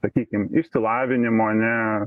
sakykim išsilavinimo ne